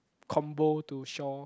combo to shaw